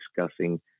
discussing